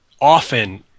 often